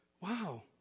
wow